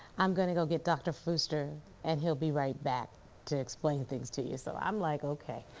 i'm going to get dr. fuster and he'll be right back to explain things to you. so i'm like okay,